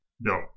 No